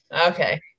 okay